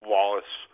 Wallace